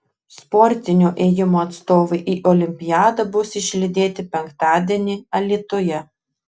sportinio ėjimo atstovai į olimpiadą bus išlydėti penktadienį alytuje